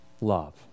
love